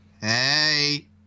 hey